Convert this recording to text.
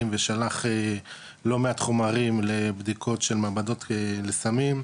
ושלח לא מעט חומרים לבדיקות של מעבדות לסמים,